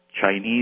Chinese